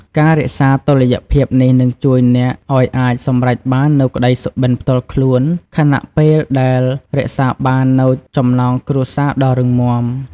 ការរក្សាតុល្យភាពនេះ នឹងជួយអ្នកឲ្យអាចសម្រេចបាននូវក្ដីសុបិនផ្ទាល់ខ្លួន ខណៈពេលដែលរក្សាបាននូវចំណងគ្រួសារដ៏រឹងមាំ ។